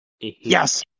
Yes